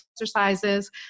exercises